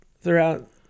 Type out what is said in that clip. throughout